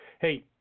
Hey